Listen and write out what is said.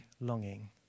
longing